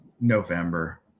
November